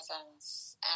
presence